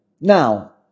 Now